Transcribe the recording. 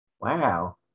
Wow